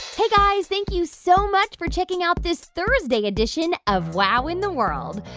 hey, guys, thank you so much for checking out this thursday edition of wow in the world.